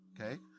Okay